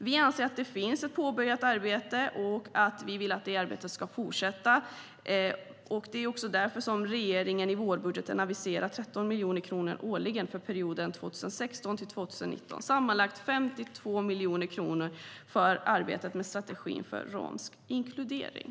Vi anser att ett arbete är påbörjat, och vi vill att det arbetet ska fortsätta. Det är därför som regeringen i vårbudgeten aviserar att 13 miljoner kronor årligen för perioden 2016-2019, sammanlagt 52 miljoner, kommer att avsättas för arbetet med strategin för romsk inkludering.